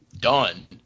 done